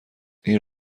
این